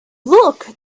look